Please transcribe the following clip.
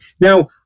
Now